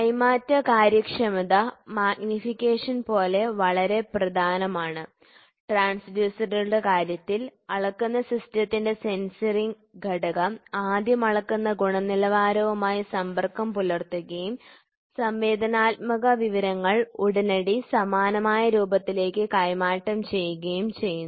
കൈമാറ്റ കാര്യക്ഷമത മാഗ്നിഫിക്കേഷൻ പോലെ വളരെ പ്രധാനമാണ് ട്രാൻസ്ഡ്യൂസറുകളുടെ കാര്യത്തിൽ അളക്കുന്ന സിസ്റ്റത്തിന്റെ സെൻസറിംഗ് ഘടകം ആദ്യം അളക്കുന്ന ഗുണനിലവാരവുമായി സമ്പർക്കം പുലർത്തുകയും സംവേദനാത്മക വിവരങ്ങൾ ഉടനടി സമാനമായ രൂപത്തിലേക്ക് കൈമാറ്റം ചെയ്യുകയും ചെയ്യുന്നു